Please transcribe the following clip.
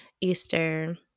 Easter